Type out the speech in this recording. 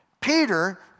Peter